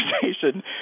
conversation